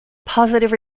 positive